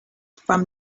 from